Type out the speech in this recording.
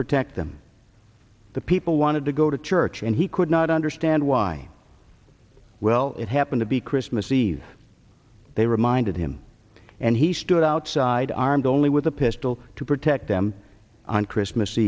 protect them the people wanted to go to church and he could not understand why well it happened to be christmas eve they reminded him and he stood outside armed only with a pistol to protect them on christmas